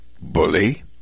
Bully